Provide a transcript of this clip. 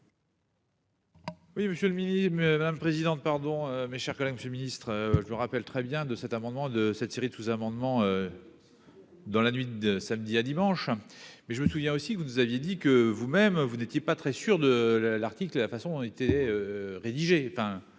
minime, même président de pardon, mes chers collègues, monsieur le ministre, je me rappelle très bien de cet amendement de cette série tout amendement dans la nuit de samedi à dimanche, mais je me souviens aussi que vous aviez dit que vous même vous n'étiez pas très sûrs de la l'article de toute façon on été rédigé,